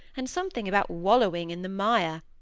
and something about wallowing in the mire,